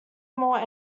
more